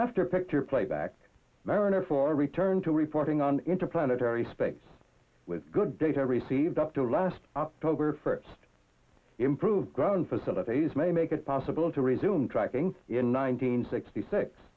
after picture playback mariner for a return to reporting on interplanetary space with good data received up to last october first improved ground facilities may make it possible to resume tracking in nineteen sixty six